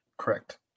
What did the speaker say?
correct